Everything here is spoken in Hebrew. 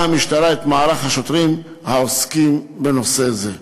המשטרה את מערך השוטרים העוסקים בנושא זה.